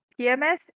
PMS